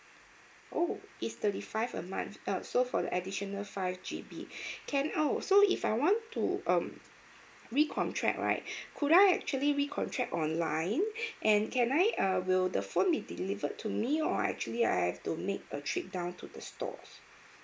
oh it's thirty five a month uh so for the additional five G_B can oh so if I want to um recontract right could I actually recontract online and can I err will the phone be delivered to me or actually I have to make a trip down to the stores